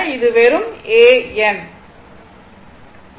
அது வெறும் A N